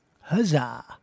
Huzzah